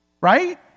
right